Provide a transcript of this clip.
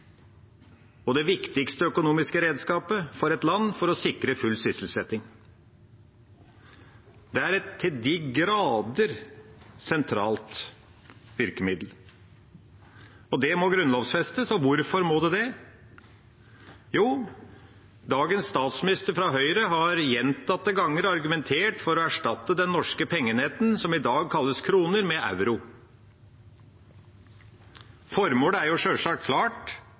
for et land for å sikre full sysselsetting. Det er et til de grader sentralt virkemiddel. Det må grunnlovfestes, og hvorfor må det det? Jo, dagens statsminister fra Høyre har gjentatte ganger argumentert for å erstatte den norske pengeenheten, som i dag kalles kroner, med euro. Formålet er sjølsagt klart: